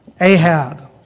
Ahab